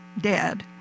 dead